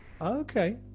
Okay